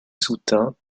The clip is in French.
soutint